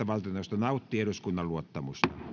valtioneuvosto eduskunnan luottamusta